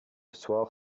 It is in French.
soir